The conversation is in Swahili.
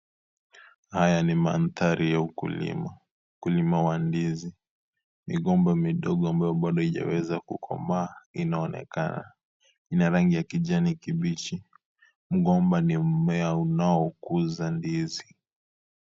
Haya ni mandhari ya ukulima, ukulima wa ndizi. Migomba midogo ambayo bado haijaweza kukomaa inaonekana ina rangi ya kijani kimbichi. Mgomba ni mmea unaokuza ndizi.